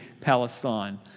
Palestine